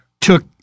took